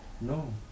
No